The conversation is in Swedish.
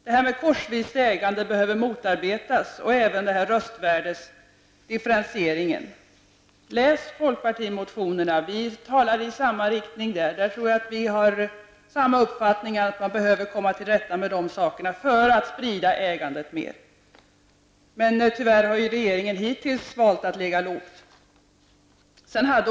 Det korsvisa ägandet behöver motarbetas och även röstvärdesdifferentieringen. Läs folkpartimotionerna! Vi talar där i samma riktning. Jag tror att vi har samma uppfattning om att man behöver komma till rätta med dessa saker för att sprida ägandet mer. Men tyvärr har regeringen hittills valt att ligga lågt.